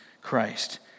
Christ